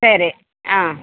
சரி ஆ